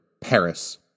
Paris